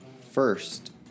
First